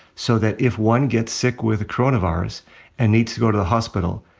so that if one gets sick with the coronavirus and needs to go to the hospital,